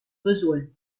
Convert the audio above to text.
besoin